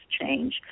change